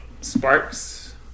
sparks